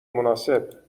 مناسب